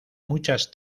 muchas